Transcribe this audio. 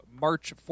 March